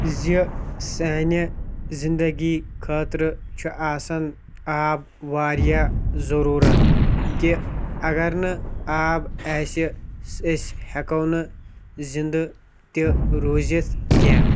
زِ سانہِ زِندگی خٲطرٕ چھُ آسان آب واریاہ ضروٗرَت کہ اگر نہٕ آب آسہِ أسۍ ہٮ۪کو نہٕ زِندٕ تہِ روٗزِتھ کینٛہہ